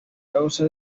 causa